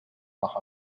nach